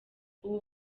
ubu